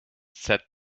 said